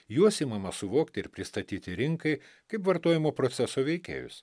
juos imama suvokti ir pristatyti rinkai kaip vartojimo proceso veikėjus